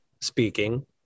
speaking